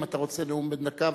אם אתה רוצה נאום בן דקה,